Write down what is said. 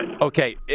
Okay